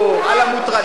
על המוטרדים,